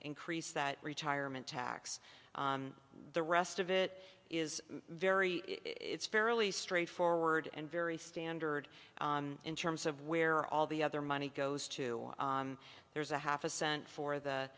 increased that retirement tax the rest of it is very it's fairly straightforward and very standard in terms of where all the other money goes to there's a half a cent for the